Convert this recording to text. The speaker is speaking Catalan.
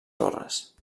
torres